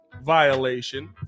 violation